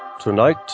Tonight